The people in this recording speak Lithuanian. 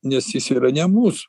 nes jis yra ne mūsų